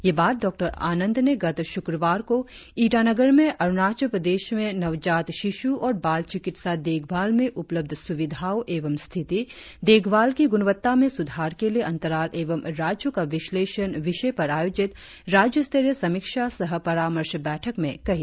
ये बात डॉ आनंद ने गत शुक्रवार को ईटानगर में अरुणाचल प्रदेश में नवजात शिश् और बाल चिकित्सा देखभाल में उपलब्ध सुविधाओं एवं स्थिति देखभाल की गुणवत्ता में सुधार के लिए अंतराल एवं राज्यों का विश्लेषण विषय पर आयोजित राज्य स्तरीय समीक्षा सह परामर्श बैठक में कही